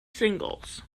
singles